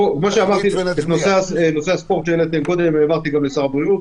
את נושא הספורט שהעליתם קודם העברתי גם לשר הבריאות.